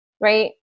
right